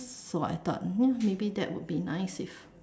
so I thought ya maybe that would be nice if